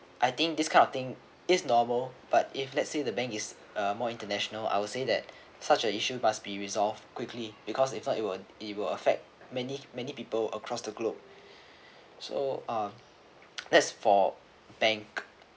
I think this kind of thing is normal but if let's say the bank is uh more international I would say that such a issue must be resolved quickly because in fact it will it will affect many many people across the globe so uh that's for bank